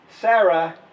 Sarah